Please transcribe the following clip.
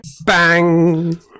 Bang